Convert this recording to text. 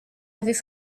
avaient